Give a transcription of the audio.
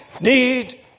need